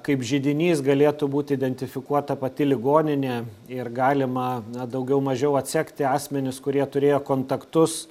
kaip židinys galėtų būti identifikuota pati ligoninė ir galima daugiau mažiau atsekti asmenis kurie turėjo kontaktus